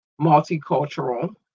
multicultural